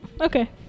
Okay